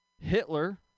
Hitler